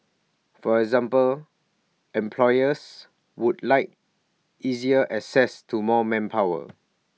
for example employers would like easier access to more manpower